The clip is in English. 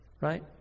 right